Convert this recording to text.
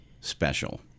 special